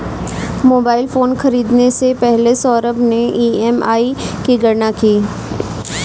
mobile phone खरीदने से पहले सौरभ ने ई.एम.आई की गणना की